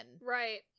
Right